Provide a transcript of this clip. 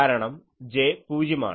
കാരണം J പൂജ്യമാണ്